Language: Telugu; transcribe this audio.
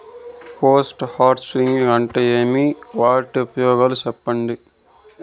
పోస్ట్ హార్వెస్టింగ్ అంటే ఏమి? వాటి ఉపయోగాలు చెప్పండి?